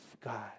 God